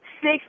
six